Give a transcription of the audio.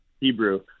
Hebrew